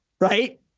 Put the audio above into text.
right